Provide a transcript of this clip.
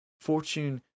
fortune